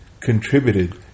contributed